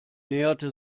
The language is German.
näherte